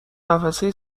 قفسه